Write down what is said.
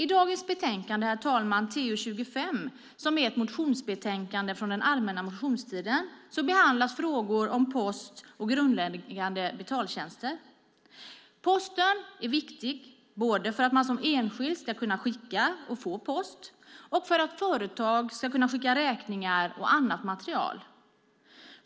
I dagens betänkande TU25, som är ett motionsbetänkande från den allmänna motionstiden, behandlas frågor om post och grundläggande betaltjänster. Posten är viktig både för att man som enskild ska kunna skicka och få post och för att företag ska kunna skicka räkningar och annat material.